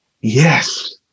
yes